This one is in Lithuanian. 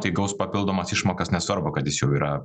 tai gaus papildomas išmokas nesvarbu kad jis jau yra